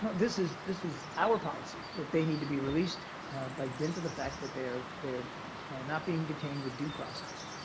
this is this is our policy, that they need to be released by dint of the fact that they are they are not being detained with due process.